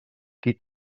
qui